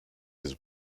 his